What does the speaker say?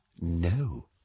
no